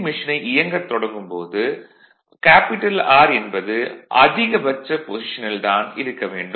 மெஷினை இயங்கத் தொடங்கும் போது R என்பது அதிகபட்ச பொசிஷனில் தான் இருக்க வேண்டும்